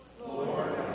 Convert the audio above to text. Lord